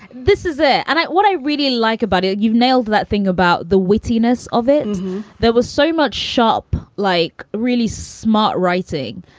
this is ah it. and what i really like about it. you've nailed that thing about the wittiness of it. and there was so much shop like really smart writing.